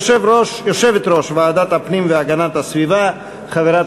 יושבת-ראש ועדת הפנים והגנת הסביבה חברת